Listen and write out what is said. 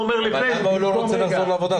הוא אומר שלפני --- אבל למה הוא לא רוצה לחזור לעבודה,